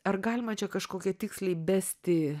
ar galima čia kažkokią tiksliai besti